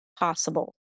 possible